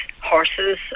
horses